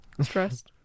stressed